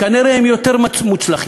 כנראה הם יותר מוצלחים,